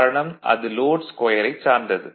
காரணம் அது லோட் ஸ்கொயரைச் சார்ந்தது